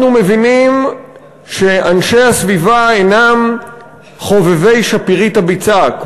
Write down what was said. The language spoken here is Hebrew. אנחנו מבינים שאנשי הסביבה אינם חובבי שפירית הביצה,